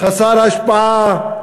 חסר השפעה.